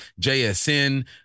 JSN